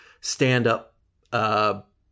stand-up